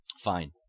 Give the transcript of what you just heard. Fine